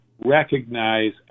recognize